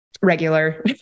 Regular